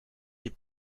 des